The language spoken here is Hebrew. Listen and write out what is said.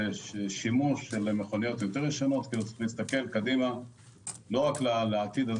ושימוש של מכוניות יותר ישנות כי צריך להסתכל קדימה לא רק לעתיד על